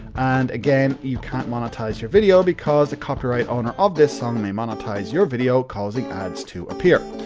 and again you can't monetize your video because the copyright owner of this song may monetize your video, causing ads to appear.